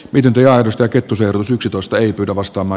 videoidusta kettu sjöroos yksitoista ei pidä vastaava